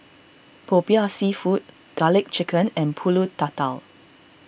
Popiah Seafood Garlic Chicken and Pulut Tatal